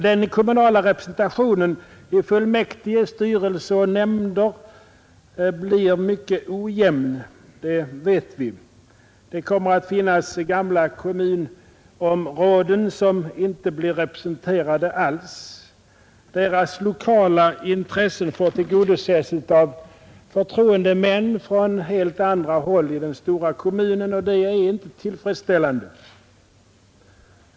Den kommunala representationen i fullmäktige, styrelser och nämnder blir mycket ojämn; det vet vi. Det kommer att finnas gamla kommunområden som inte blir representerade alls. Deras lokala intressen får tillgodoses av förtroendemän från helt andra håll i den stora kommunen, och det är inte tillfredsställande.